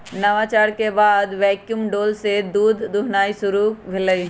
नवाचार के बाद वैक्यूम डोल से दूध दुहनाई शुरु भेलइ